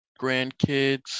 grandkids